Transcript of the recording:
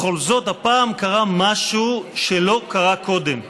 בכל זאת, הפעם קרה משהו שלא קרה קודם: